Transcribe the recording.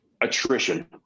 attrition